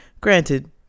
Granted